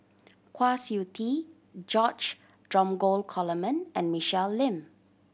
Kwa Siew Tee George Dromgold Coleman and Michelle Lim